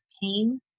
pain